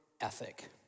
ethic